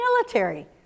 military